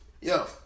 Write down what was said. Yo